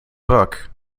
book